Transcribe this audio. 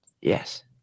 Yes